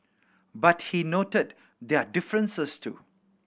but he noted their differences too